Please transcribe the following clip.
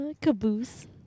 Caboose